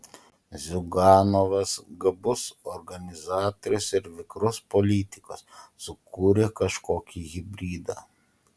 ziuganovas gabus organizatorius ir vikrus politikas sukūrė kažkokį hibridą